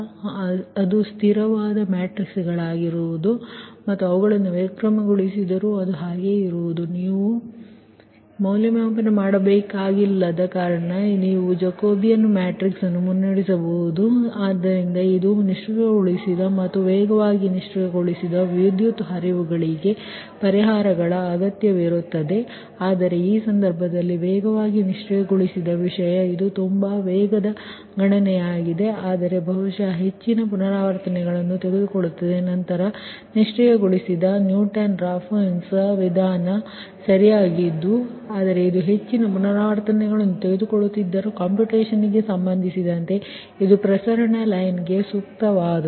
ಆದ್ದರಿಂದ ಇದು ಸ್ಥಿರವಾದ ಮ್ಯಾಟ್ರಿಕ್ಸಗಳಾಗಿವೆ ಮತ್ತು ನೀವು ಅವುಗಳನ್ನು ವ್ಯತ್ಕ್ರಮಗೊಳಿಸಿದರೂ ಅದು ಹಾಗೇ ಇರುವುದು ನೀವು ಮೌಲ್ಯಮಾಪನ ಮಾಡಬೇಕಾಗಿಲ್ಲದ ಕಾರಣ ನೀವು ಜಾಕೋಬಿಯನ್ ಮ್ಯಾಟ್ರಿಕ್ಸ್ ನ್ನು ಮುನ್ನಡೆಸಬಹುದು ಆದ್ದರಿಂದ ಇದು ನಿಷ್ಕ್ರಿಯಗೊಳಿಸಿದ ಮತ್ತು ವೇಗವಾಗಿ ನಿಷ್ಕ್ರಿಯಗೊಳಿಸಿದ ವಿದ್ಯುತ್ ಹರಿವುಗಳಿಗೆ ಪರಿಹಾರಗಳ ಅಗತ್ಯವಿರುತ್ತದೆ ಆದರೆ ಈ ಸಂದರ್ಭದಲ್ಲಿ ವೇಗವಾಗಿ ನಿಷ್ಕ್ರಿಯಗೊಳಿಸಿದ ವಿಷಯ ಇದು ತುಂಬಾ ವೇಗದ ಗಣನೆಯಾಗಿದೆ ಆದರೆ ಬಹುಶಃ ಹೆಚ್ಚಿನ ಪುನರಾವರ್ತನೆಯನ್ನು ತೆಗೆದುಕೊಳ್ಳುತ್ತದೆ ನಂತರ ನಿಷ್ಕ್ರಿಯಗೊಳಿಸಿದ ನ್ಯೂಟನ್ ರಾಫ್ಸನ್ ವಿಧಾನ ಸರಿಯಾಗಿದ್ದು ಆದರೆ ಇದು ಹೆಚ್ಚಿನ ಪುನರಾವರ್ತನೆಯನ್ನು ತೆಗೆದುಕೊಳ್ಳುತ್ತಿದ್ದರೂ ಕಂಪ್ಯೂಟೇಶನಗೆ ಸಂಬಂಧಿಸಿದಂತೆ ಇದು ಪ್ರಸರಣ ಲೈನಗೆ ಸೂಕ್ತವಾದುದು